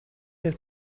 have